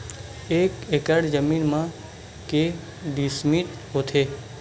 एक एकड़ जमीन मा के डिसमिल होथे?